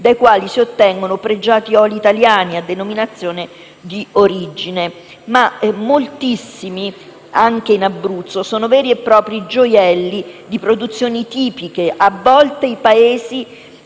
dai quali si ottengono i pregiati oli italiani a denominazione di origine protetta. Ma moltissimi, anche in Abruzzo, sono i veri e propri gioielli di produzioni tipiche e a volte i nomi